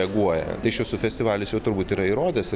reaguoja tai šviesų festivalis jau turbūt yra įrodęs